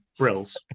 brills